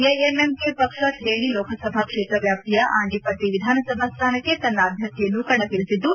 ಎಎಂಎಂಕೆ ಪಕ್ಷ ಥೇಣಿ ಲೋಕಸಭಾ ಕ್ಷೇತ್ರ ವ್ಯಾಪ್ತಿಯ ಆಂಡಿಪಟ್ಟ ವಿಧಾನಸಭಾ ಸ್ಥಾನಕ್ಷ ತನ್ನ ಅಭ್ಯರ್ಥಿಯನ್ನು ಕಣಕ್ಕಿಳಿಸಿದ್ದು